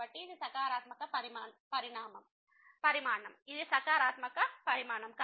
కాబట్టి ఇది సకారాత్మక పరిమాణం ఇది సకారాత్మక పరిమాణం